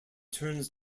turns